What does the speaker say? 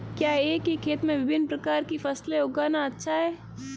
क्या एक ही खेत में विभिन्न प्रकार की फसलें उगाना अच्छा है?